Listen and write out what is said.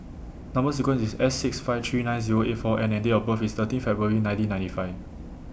Number sequence IS S six five three nine Zero eight four N and Date of birth IS thirteen February nineteen ninety five